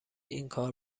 اینکار